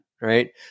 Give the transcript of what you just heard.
Right